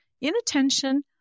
inattention